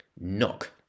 knock